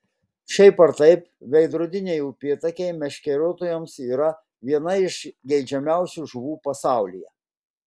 šiaip ar taip veidrodiniai upėtakiai meškeriotojams yra viena iš geidžiamiausių žuvų pasaulyje